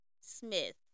Smith